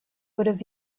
would